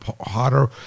hotter